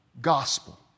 gospel